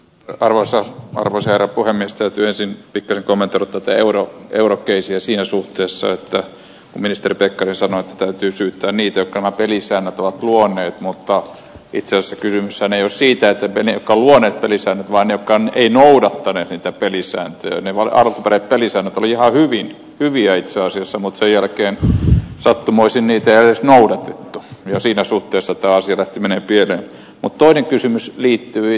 raivoisa markus eero puremista työnsin pitele komentanut että euro euro köysiä siinä suhteessa ministeri pekkarisella täytyy syyttää niitä kaapeliisännät ovat luoneet mutta itsensä kysymys on siitä niin kauan että lisää vanha kantrinoudattaneet niitä pelissä jo ennen vanhaan röpelisen ja hyvin hyviä itse asiassa matriarkeen kuin sattumoisin yhteys noudatettu jo siinä suhteessa taas eivät mene tiedä mut toinen kysymys liittyy